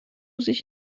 sich